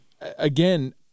again